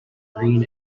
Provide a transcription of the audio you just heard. green